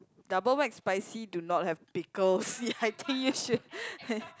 double McSpicy do not have pickles ya I think you should